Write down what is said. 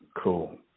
Cool